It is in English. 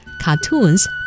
cartoons